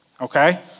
Okay